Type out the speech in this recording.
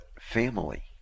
family